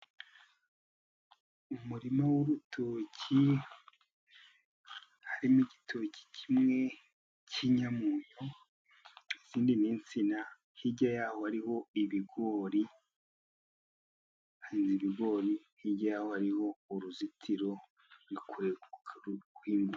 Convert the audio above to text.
Umurima w'urutoki, harimo igitoki kimwe cy'inyamunyu, izindi n'insina hirya yaho hariho ibigori, ibigori hirya yaho hariho uruzitiro, ruri kureguka ruri guhinguka.